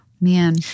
Man